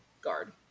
guard